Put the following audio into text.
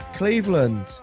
Cleveland